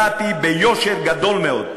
באתי ביושר גדול מאוד.